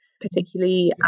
particularly